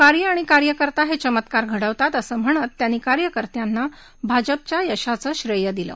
कार्य आणि कार्यकर्ता हे चमत्कार घडवतात असं म्हणत त्यांनी कार्यकर्त्यांना भाजपच्या यशाचं श्रेयं दिलं